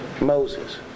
Moses